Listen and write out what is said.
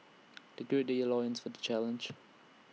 they gird their loins for the challenge